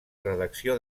redacció